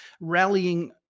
rallying